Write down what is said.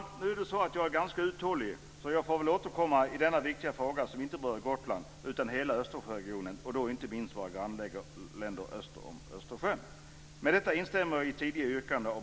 Nu är det så att jag är ganska uthållig, så jag får väl återkomma i denna viktiga fråga som inte bara berör Gotland utan hela Östersjöregionen, och då inte minst våra grannländer öster om Östersjön. Med detta instämmer jag i tidigare yrkande av